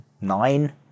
Nine